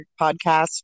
podcast